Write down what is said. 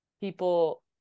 people